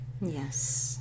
Yes